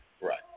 Right